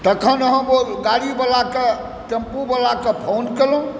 तखन हम ओहि गाड़ीवलाके टेम्पूवलाके फोन कएलहुँ